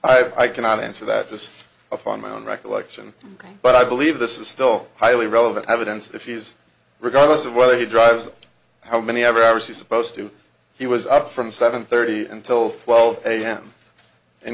c i cannot answer that this upon my own recollection but i believe this is still highly relevant evidence if he's regardless of whether he drives how many ever ever supposed to he was up from seven thirty until twelve am and